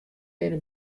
binne